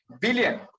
billion